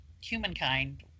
humankind